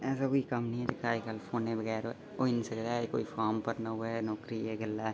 ऐसा कोई कम्म निं ऐ जेह्का अज्जकल फोनै बगैर होई निं सकदा ऐ कोई फॉर्म गै भरना होऐ नौकरी दे गल्लै